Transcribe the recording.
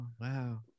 wow